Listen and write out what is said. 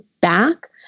back